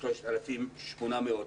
הבנתי ש-3,800 אנשים